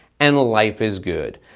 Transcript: and life is good.